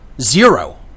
Zero